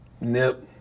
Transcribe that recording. Nip